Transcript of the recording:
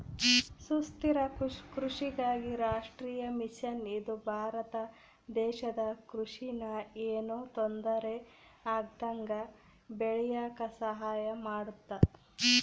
ಸುಸ್ಥಿರ ಕೃಷಿಗಾಗಿ ರಾಷ್ಟ್ರೀಯ ಮಿಷನ್ ಇದು ಭಾರತ ದೇಶದ ಕೃಷಿ ನ ಯೆನು ತೊಂದರೆ ಆಗ್ದಂಗ ಬೇಳಿಯಾಕ ಸಹಾಯ ಮಾಡುತ್ತ